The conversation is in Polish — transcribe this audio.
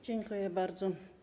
Dziękuję bardzo.